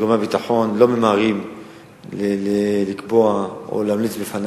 גורמי הביטחון לא ממהרים לקבוע או להמליץ בפני